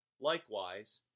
Likewise